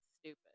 stupid